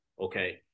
okay